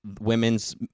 women's